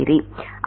இது அசல் மாதிரி